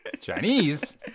Chinese